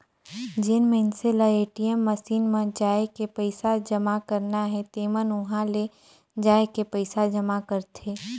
जेन मइनसे ल ए.टी.एम मसीन म जायके पइसा जमा करना हे तेमन उंहा ले जायके पइसा जमा करथे